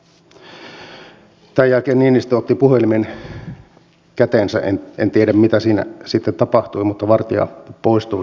tämän jälkeen niinistö otti puhelimen käteensä en tiedä mitä siinä sitten tapahtui mutta vartia poistui salista